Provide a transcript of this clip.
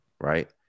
Right